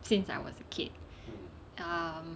since I was a kid